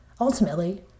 Ultimately